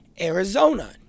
Arizona